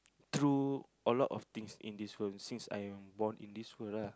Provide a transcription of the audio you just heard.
through a lot of things in this world since I am born in this world lah